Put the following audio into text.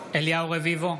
רביבו,